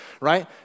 right